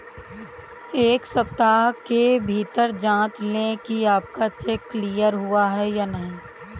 एक सप्ताह के भीतर जांच लें कि आपका चेक क्लियर हुआ है या नहीं